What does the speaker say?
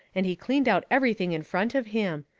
and he cleaned out everything in front of him,